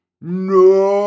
No